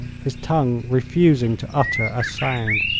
his tongue refusing to utter a sound.